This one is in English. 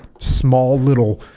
small little